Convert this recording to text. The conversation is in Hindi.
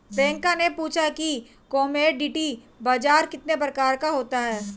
प्रियंका ने पूछा कि कमोडिटी बाजार कितने प्रकार का होता है?